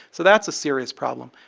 so that's a serious problem.